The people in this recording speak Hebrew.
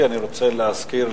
אני רוצה להזכיר,